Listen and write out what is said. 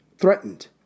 threatened